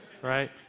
right